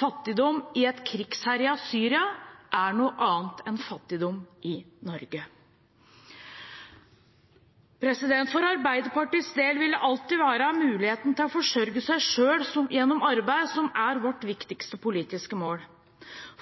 Fattigdom i et krigsherjet Syria er noe annet enn fattigdom i Norge. For Arbeiderpartiets del vil det alltid være muligheten til å forsørge seg selv gjennom arbeid som er vårt viktigste politiske mål.